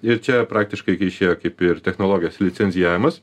ir čia praktiškai kai išėjo kaip ir technologijos licencijavimas